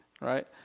Right